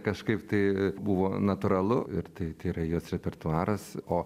kažkaip tai buvo natūralu ir tai tai yra jos repertuaras o